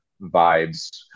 vibes